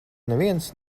neviens